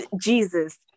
Jesus